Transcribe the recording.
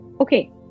okay